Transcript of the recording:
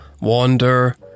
wander